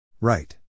Right